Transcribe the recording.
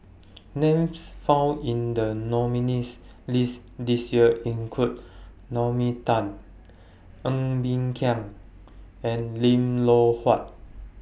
Names found in The nominees' list This Year include Naomi Tan Ng Bee Kia and Lim Loh Huat